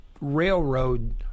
railroad